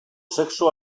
sexu